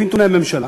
לפי נתוני הממשלה,